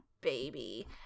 baby